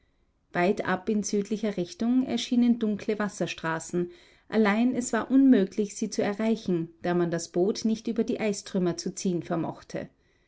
breite weitab in südlicher richtung erschienen dunkle wasserstraßen allein es war unmöglich sie zu erreichen da man das boot nicht über die eistrümmer zu ziehen vermochte